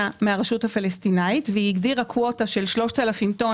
מן הרשות הפלסטינאית והגדירה מכסה של 3,000 טון